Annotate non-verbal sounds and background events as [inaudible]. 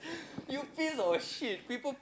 [noise] you piece of shit people